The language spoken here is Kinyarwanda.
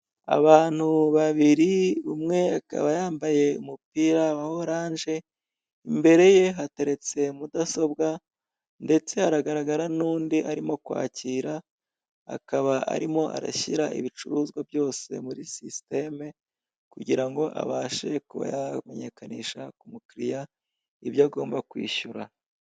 Abantu babiri, umwe akaba yambaye umupira wa oranje, imbere ye hateretse mudasobwa ndetse haragaragara n'undi arimo kwakira, akaba arimo arashyira ibicuruzwa byose muri sisiteme, kugirango abashe kuba yamenyekanisha ku mukiriya, ibyo agomba kwishyura.